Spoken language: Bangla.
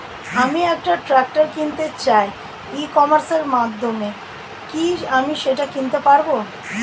আমি একটা ট্রাক্টর কিনতে চাই ই কমার্সের মাধ্যমে কি আমি সেটা কিনতে পারব?